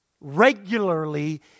regularly